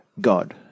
God